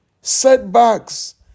Setbacks